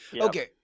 Okay